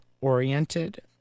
oriented